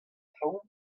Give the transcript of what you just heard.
traoù